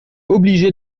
obligé